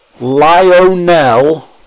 Lionel